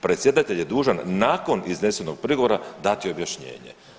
Predsjedatelj je dužan nakon iznesenog prigovora dati objašnjenje.